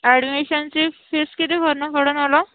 ॲडमिशनची फीस किती भरणं पडंन मला